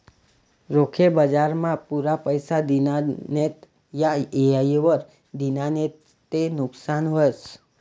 रोखे बजारमा पुरा पैसा दिना नैत का येयवर दिना नैत ते नुकसान व्हस